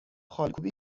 خالکوبی